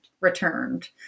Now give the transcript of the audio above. returned